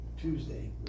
Tuesday